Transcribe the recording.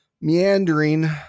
meandering